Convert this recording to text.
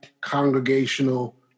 congregational